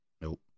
nope